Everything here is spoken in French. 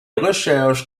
recherches